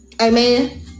Amen